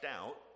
out